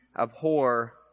abhor